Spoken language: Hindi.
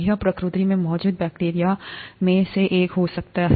यह प्रकृति में मौजूद बैक्टीरिया में से एक हो सकता है